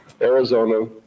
arizona